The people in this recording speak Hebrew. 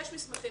יש מסמכים,